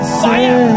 fire